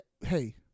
hey